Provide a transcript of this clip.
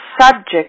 subject